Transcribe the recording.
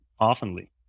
oftenly